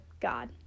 God